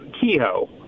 Kehoe